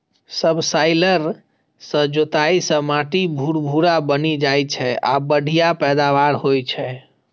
subsoiler सं जोताइ सं माटि भुरभुरा बनि जाइ छै आ बढ़िया पैदावार होइ छै